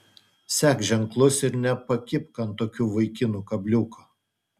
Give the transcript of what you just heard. sek ženklus ir nepakibk ant tokių vaikinų kabliuko